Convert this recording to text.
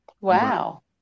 Wow